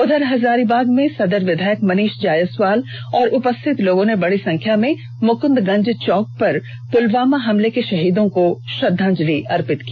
उधर हजारीबाग में सदर विधायक मनीष जायसवाल और उपस्थित लोगों ने बड़ी संख्या में मुकुंदगंज चौक पर पुलवामा हमले के शहीदों को श्रद्वांजलि दी